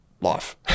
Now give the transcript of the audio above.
life